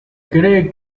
cree